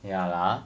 ya lah